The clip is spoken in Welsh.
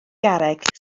garreg